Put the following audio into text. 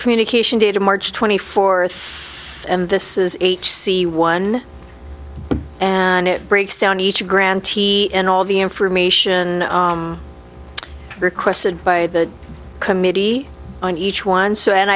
communication dated march twenty fourth and this is h c one and it breaks down each grantee and all the information requested by the committee on each one so and